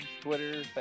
Twitter